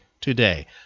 today